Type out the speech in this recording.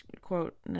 quote